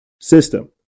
system